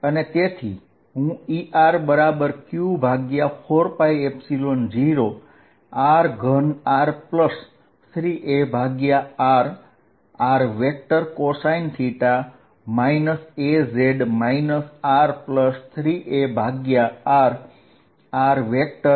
અને તેથી મને Erq4π0r3 r3arrcosθ az r3arrcosθ az મળશે જેમા બીજી ટર્મ બ્લુ કલરથી બતાવેલી છે